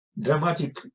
dramatic